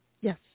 Yes